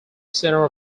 center